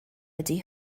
ydy